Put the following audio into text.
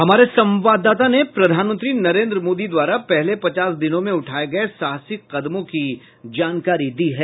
हमारे संवाददाता ने प्रधानमंत्री नरेंद्र मोदी द्वारा पहले पचास दिनों में उठाए गए साहसिक कदमों की जानकारी दी है